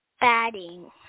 Batting